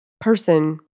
person